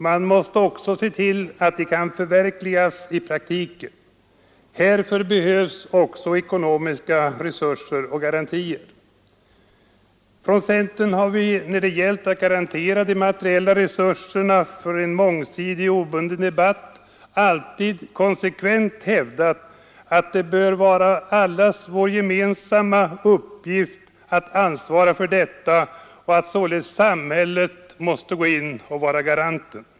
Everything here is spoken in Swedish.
Man måste också se till att de kan förverkligas i praktiken. Härför behövs även ekonomiska resurser och garantier. Från centern har vi när det gällt att garantera de materiella resurserna för en mångsidig och obunden debatt alltid konsekvent hävdat att det bör vara allas vår gemensamma uppgift att ansvara för detta och att samhället således måste gå in och vara den garanten.